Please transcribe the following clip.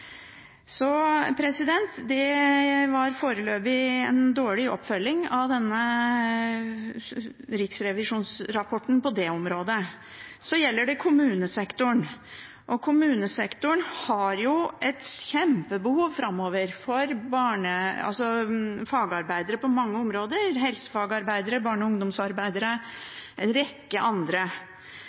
det er foreløpig en dårlig oppfølging av denne riksrevisjonsrapporten på det området. Når det gjelder kommunesektoren, har den et kjempebehov framover for fagarbeidere på mange områder – helsefagarbeidere, barne- og ungdomsarbeidere og en rekke andre.